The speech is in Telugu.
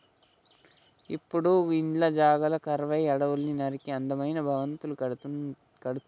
ఇప్పుడు ఇండ్ల జాగలు కరువై అడవుల్ని నరికి అందమైన భవంతులు కడుతుళ్ళు